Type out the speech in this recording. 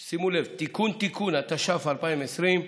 (תיקון), התש"ף 2020,